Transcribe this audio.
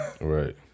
Right